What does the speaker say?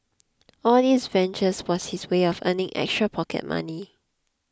all these ventures was his way of earning extra pocket money